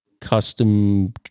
custom